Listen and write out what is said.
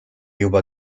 juba